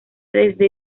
desde